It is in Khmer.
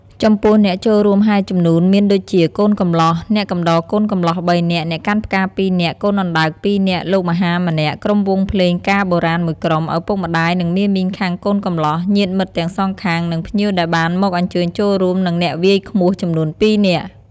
ចំពោះអ្នកចូលរួមហែជំនូនមានដូចជាកូនកំលោះ ,អ្នកកំដរកូនកំលោះ ៣នាក់, អ្នកកាន់ផ្កា ២នាក់ ,កូនអណ្តើក ២នាក់ ,លោកមហា ១នាក់ ,ក្រុមវង់ភ្លេងការបុរាណ១ក្រុម ,ឪពុកម្តាយ និងមាមីងខាងកូនកំលោះ ញាតិមិត្តទាំងសងខាង និងភ្ញៀវដែលបានមកអញ្ជើញចូលរួម និងអ្នកវាយឃ្មោះចំនួន២នាក់។